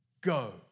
go